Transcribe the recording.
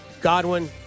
Godwin